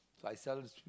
I sell